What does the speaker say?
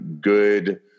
good